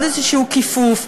עוד איזשהו כיפוף.